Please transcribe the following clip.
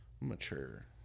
mature